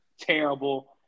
terrible